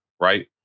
right